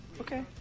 Okay